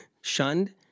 shunned